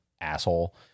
asshole